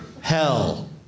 Hell